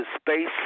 space